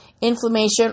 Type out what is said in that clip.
inflammation